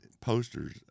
posters